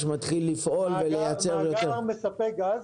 מתחיל לפעול ולייצר --- המאגר מספק גז,